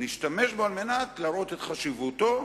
נשתמש בו על מנת להראות את חשיבותו ולומר: